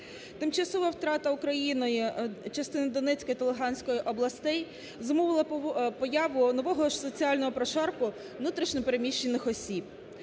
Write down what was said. Тимчасова втрата Україною частини Донецької та Луганської областей зумовила появу нового соціального прошарку внутрішньо переміщених осіб.